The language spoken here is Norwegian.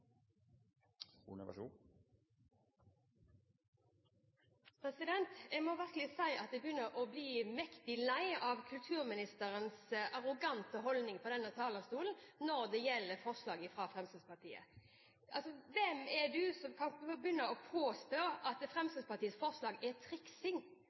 Jeg må virkelig si at jeg begynner å bli mektig lei av kulturministerens arrogante holdning på denne talerstolen når det gjelder forslag fra Fremskrittspartiet. Hvem er du som kan begynne å påstå at